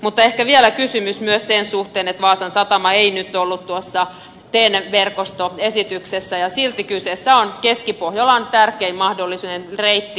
mutta ehkä vielä kysymys myös sen suhteen että vaasan satama ei nyt ollut tuossa ten verkostoesityksessä ja silti kyseessä on keskipohjolan tärkein mahdollinen reitti